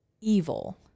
evil